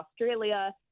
Australia